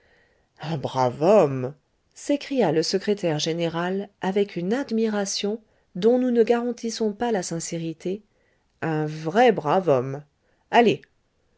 brave homme s'écria le secrétaire général avec une admiration dont nous ne garantissons pas la sincérité un vrai brave homme allez